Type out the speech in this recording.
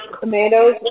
tomatoes